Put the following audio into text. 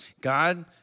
God